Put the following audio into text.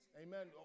Amen